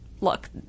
look